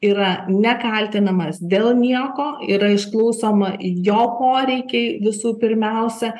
yra ne kaltinamas dėl nieko yra išklausoma jo poreikiai visų pirmiausia